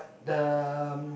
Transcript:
the um